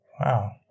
Wow